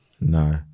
No